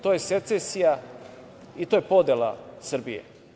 To je secesija i to je podela Srbije.